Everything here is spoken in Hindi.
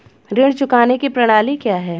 ऋण चुकाने की प्रणाली क्या है?